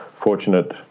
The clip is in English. fortunate